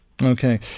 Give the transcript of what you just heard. Okay